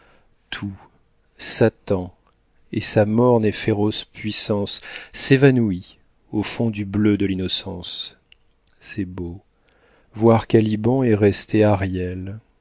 tout satan et sa morne et féroce puissance s'évanouit au fond du bleu de l'innocence c'est beau voir caliban et rester